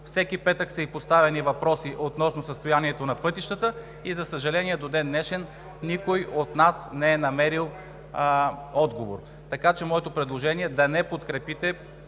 всеки петък са ѝ поставяни въпроси относно състоянието на пътищата и, за съжаление, до ден днешен никой от нас не е намерил отговори. Моето предложение е да не подкрепите